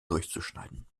durchzuschneiden